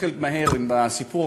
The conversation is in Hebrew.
נתחיל מהסיפור,